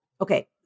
Okay